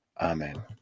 Amen